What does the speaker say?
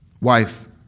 Wife